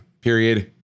period